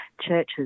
churches